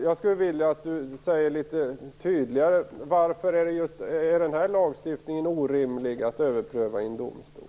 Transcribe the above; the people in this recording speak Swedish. Jag skulle vilja att Barbro Hietala Nordlund litet tydligare sade varför det just när det gäller den här lagstiftningen är orimligt att överpröva i en domstol.